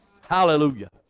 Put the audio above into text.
Hallelujah